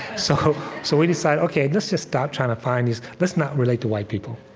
so so we decided, ok, let's just stop trying to find these let's not relate to white people.